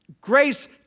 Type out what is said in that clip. Grace